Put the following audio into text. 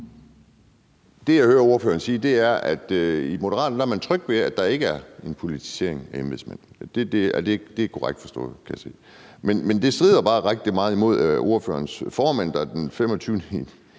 Det, jeg hører ordføreren sige, er, at i Moderaterne er man tryg ved, at der ikke er en politisering af embedsmænd. Det er korrekt forstået, kan jeg se. Men det strider bare rigtig meget imod ordførerens formand, der den 25. september